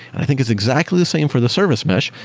i think it's exactly the same for the service mesh,